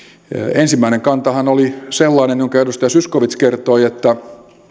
ensimmäinen kantahan oli sellainen jonka edustaja zyskowicz kertoi että